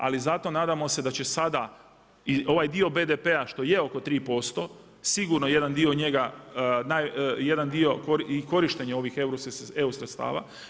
Ali zato nadamo se da će sada i ovaj dio BDP-a što je oko 3% sigurno jedan dio njega, jedan dio i korištenje ovih EU sredstava.